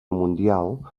mundial